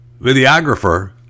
videographer